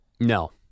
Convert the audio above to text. No